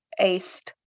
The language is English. east